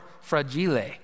Fragile